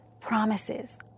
promises